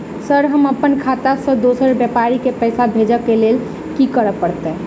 Sir हम अप्पन खाता सऽ दोसर व्यापारी केँ पैसा भेजक लेल की करऽ पड़तै?